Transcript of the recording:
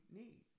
need